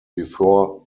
before